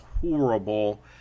horrible